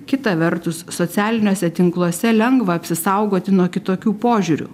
kita vertus socialiniuose tinkluose lengva apsisaugoti nuo kitokių požiūrių